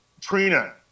Trina